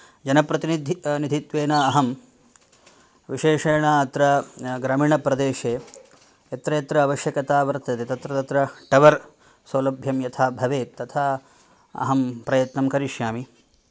जनप्रतिनिधि निधित्वेन अहं विशेषेण अत्र ग्रामीणप्रदेशे यत्र यत्र आवश्यकता वर्तते तत्र तत्र टवर् सौलभ्यं यथा भवेत् तथा अहं प्रयत्नं करिष्यामि